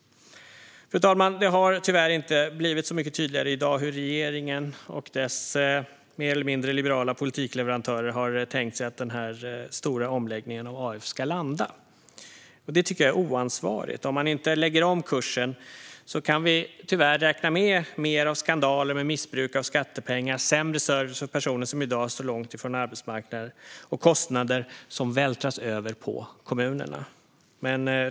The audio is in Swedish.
Fru talman! Det har tyvärr inte blivit så mycket tydligare i dag hur regeringen och dess mer eller mindre liberala politikleverantörer har tänkt sig att den stora omläggningen av AF ska landa. Detta tycker jag är oansvarigt. Om man inte lägger om kursen kan vi tyvärr räkna med mer skandaler med missbruk av skattepengar, sämre service för personer som i dag står långt ifrån arbetsmarknaden och kostnader som vältras över på kommunerna.